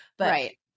Right